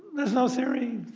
there's no theory?